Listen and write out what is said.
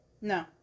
No